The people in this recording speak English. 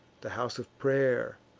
the house of pray'r,